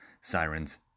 sirens